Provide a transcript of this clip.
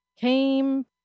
Came